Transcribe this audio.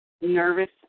nervous